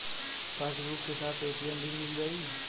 Passbook के साथ ATM भी मील जाई?